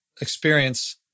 experience